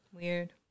Weird